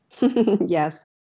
Yes